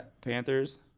Panthers